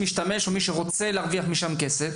המשתמשים ואת אלו שרוצים להרוויח מזה כסף,